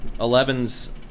Eleven's